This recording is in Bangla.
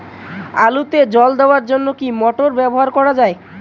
আলুতে জল দেওয়ার জন্য কি মোটর ব্যবহার করা যায়?